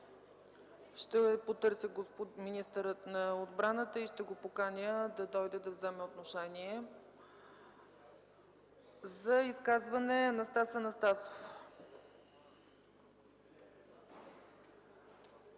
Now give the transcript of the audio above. Ще потърся министъра на отбраната и ще го поканя да дойде да вземе отношение. За изказване – Анастас Анастасов.